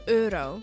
euro